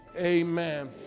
amen